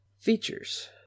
features